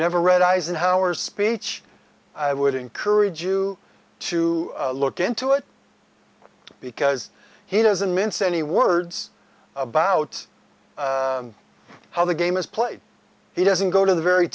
never read eisenhower's speech i would encourage you to look into it because he doesn't mince any words about how the game is played he doesn't go to the very